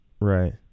Right